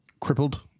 crippled